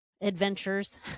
adventures